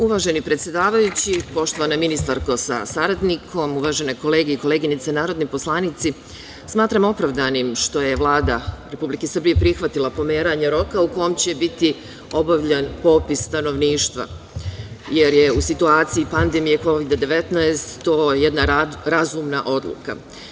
Uvaženi predsedavajući, poštovana ministarko sa saradnikom, uvažene kolege i koleginice narodni poslanici, smatram opravdanim što je Vlada Republike Srbije prihvatila pomeranje roka u kome će biti obavljen popis stanovništva, jer je u situaciji pandemije Kovida-19 to jedna razumna odluka.